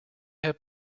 have